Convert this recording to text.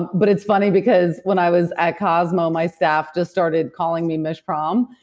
but it's funny because when i was at cosmo, my staff just started calling me michprom,